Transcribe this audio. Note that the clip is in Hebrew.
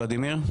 ולדימיר.